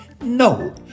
No